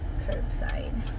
curbside